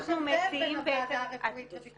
יש הבדל בין הוועדה הרפואית לביטוח לאומי.